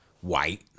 White